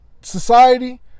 society